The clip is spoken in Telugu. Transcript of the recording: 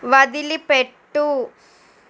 వదిలిపెట్టు